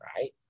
right